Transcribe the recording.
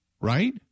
Right